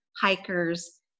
hikers